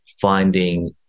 finding